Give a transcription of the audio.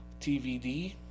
TVD